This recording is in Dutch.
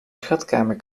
schatkamer